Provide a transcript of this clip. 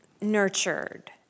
nurtured